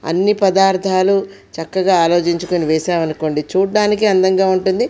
అన్ని పదార్థాలు చక్కగా ఆలోచించుకుని వేసాం అనుకోండి చూడ్డానికి అందంగా ఉంటుంది